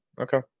Okay